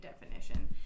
definition